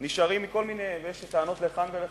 אדוני היושב-ראש, ויש טענות לכאן ולכאן.